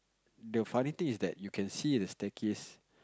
the funny thing is that you can see at the staircase